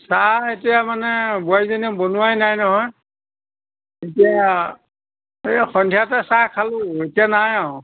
চাহ এতিয়া মানে বোৱাৰী জনীয়ে বনোৱাই নাই নহয় এতিয়া এ সন্ধিয়াতে চাহ খালোঁ এতিয়া নাই আৰু